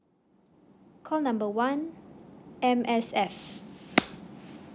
call number one M_S_F